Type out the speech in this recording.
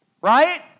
Right